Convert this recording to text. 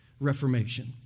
reformation